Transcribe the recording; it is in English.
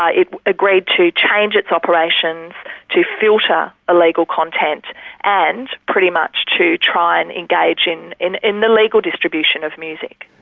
ah it agreed to change its operations to filter illegal content and pretty much to try and engage in in the legal distribution of music.